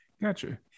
Gotcha